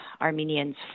Armenians